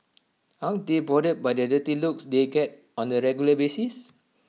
aren't they bothered by the dirty looks they get on A regular basis